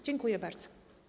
Dziękuję bardzo.